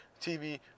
TV